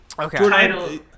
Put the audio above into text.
Okay